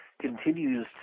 continues